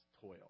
toil